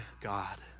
God